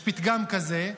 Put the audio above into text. יש פתגם כזה.